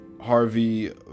Harvey